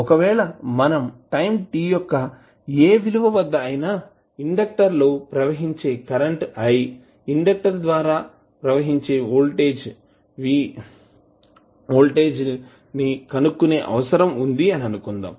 ఒకవేళ మనం time t యొక్క ఏ విలువ వద్ద అయినా ఇండక్టర్ లో ప్రవహించే కరెంటు I ఇండెక్టర్ ద్వారా ప్రవహించే వోల్టేజ్ ని కనుక్కునే అవసరం వుంది అని అనుకుందాం